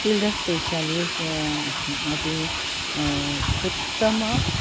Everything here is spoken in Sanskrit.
चिल्ड्रन्स् स्पेशलिस् अति उत्तमम्